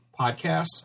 podcasts